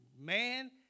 man